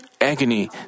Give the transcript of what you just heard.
agony